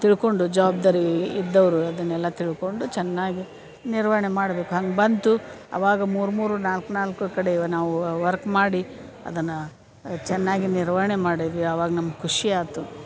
ತಿಳ್ಕೊಂಡು ಜವಾಬ್ದಾರಿ ಇದ್ದವರು ಅದನ್ನೆಲ್ಲ ತಿಳ್ಕೊಂಡು ಚೆನ್ನಾಗಿ ನಿರ್ವಹಣೆ ಮಾಡಬೇಕು ಹಂಗೆ ಬಂತು ಅವಾಗ ಮೂರು ಮೂರು ನಾಲ್ಕು ನಾಲ್ಕು ಕಡೆವ ನಾವು ವರ್ಕ್ ಮಾಡಿ ಅದನ್ನು ಚೆನ್ನಾಗಿ ನಿರ್ವಹಣೆ ಮಾಡಿದ್ವಿ ಆವಾಗ ನಮ್ಗೆ ಖುಷಿ ಆಯ್ತು